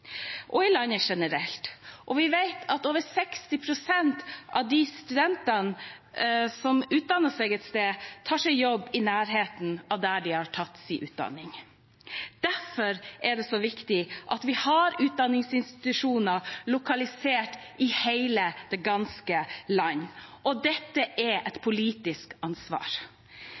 og i landet generelt. Vi vet at over 60 pst. av de studentene som utdanner seg et sted, tar seg jobb i nærheten av der de har tatt sin utdanning. Derfor er det så viktig at vi har utdanningsinstitusjoner lokalisert i det ganske land, og dette er et politisk ansvar.